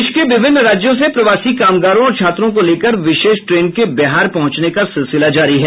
देश के विभिन्न राज्यों से प्रवासी कामगारों और छात्रों को लेकर विशेष ट्रेन के बिहार पहुंचने का सिलसिला जारी है